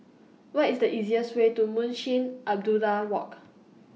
What IS The easiest Way to Munshi Abdullah Walk